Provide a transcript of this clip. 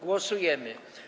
Głosujemy.